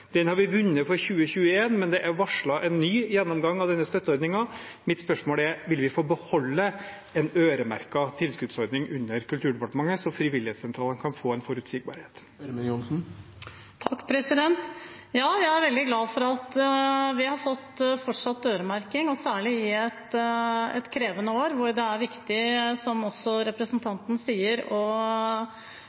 Den har vi vunnet for 2021, men det er varslet en ny gjennomgang av denne støtteordningen. Mitt spørsmål er: Vil vi få beholde en øremerket tilskuddsordning under Kulturdepartementet, slik at frivillighetssentralene kan få en forutsigbarhet? Ja, jeg er veldig glad for at vi har fått fortsatt øremerking, og særlig i et krevende år hvor det er viktig, som også representanten sier,